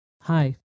Hi